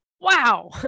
wow